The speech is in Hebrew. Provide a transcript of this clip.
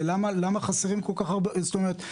זאת אומרת,